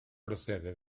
procede